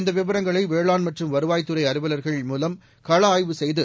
இந்த விவரங்களை வேளாண் மற்றும் வருவாய்த்துறை அலுவல்கள் மூலம் கள ஆய்வு செய்து